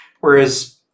Whereas